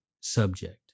subject